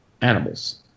animals